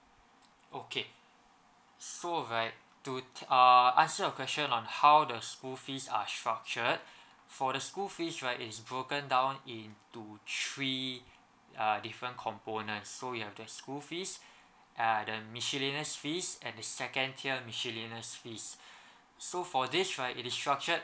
okay so right err to answer your question on how the school fees are structured for the school fees right is broken down into three uh different components so you have the school fees and the miscellaneous fees and the second tier miscellaneous fees so for this right it is structured